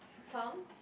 Tom